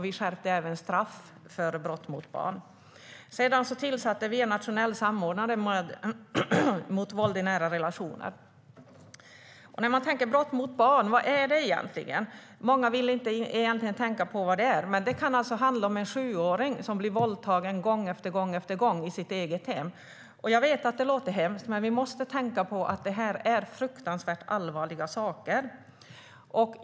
Vi skärpte även straffen för brott mot barn. Sedan tillsatte vi en nationell samordnare mot våld i nära relationer. Vad handlar brott mot barn om? Många vill egentligen inte tänka på vad det är. Men det kan handla om en sjuåring som blir våldtagen gång efter gång i sitt eget hem. Jag vet att det låter hemskt, men vi måste tänka på att detta är fruktansvärt allvarliga saker.